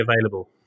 available